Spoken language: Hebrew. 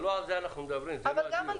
לא על זה אנחנו מדברים, זה לא הדיון.